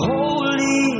Holy